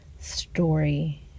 story